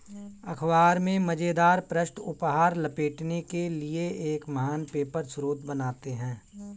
अख़बार में मज़ेदार पृष्ठ उपहार लपेटने के लिए एक महान पेपर स्रोत बनाते हैं